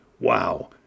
Wow